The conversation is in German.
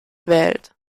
wählt